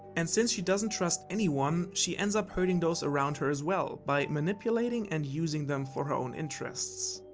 and since she doesn't trust anyone, she ends up hurting those around her as well by manipulating and using them for her own interests.